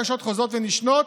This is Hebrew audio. למרות בקשות חוזרות ונשנות,